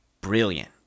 brilliant